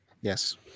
Yes